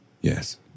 Yes